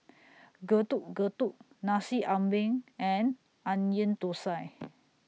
Getuk Getuk Nasi Ambeng and Onion Thosai